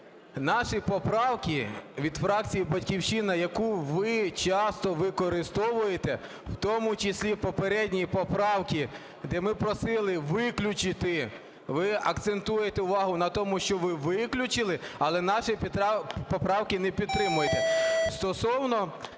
наші поправки, від фракції "Батьківщина", яку ви часто використовуєте, в тому числі в попередній поправці, де ми просили виключити, ви акцентуєте увагу на тому, що ви виключили. Але нашої поправки не підтримуєте.